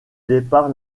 départ